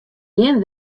gjin